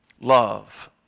love